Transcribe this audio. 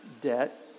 debt